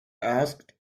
asked